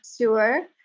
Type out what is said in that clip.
sure